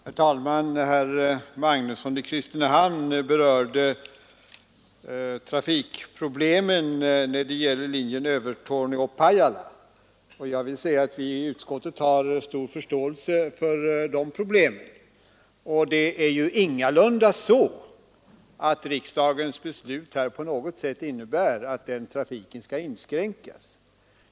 Herr talman! Herr Magnusson i Kristinehamn berörde trafikproblemen på linjen Övertorneå—Pajala. Vi har i utskottet stor förståelse för dessa problem. Det är ju ingalunda så att riksdagens beslut kommer att innebära att denna trafik på något sätt inskränks.